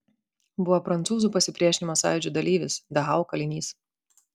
buvo prancūzų pasipriešinimo sąjūdžio dalyvis dachau kalinys